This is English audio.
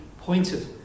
pointed